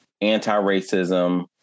anti-racism